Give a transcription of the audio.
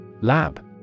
Lab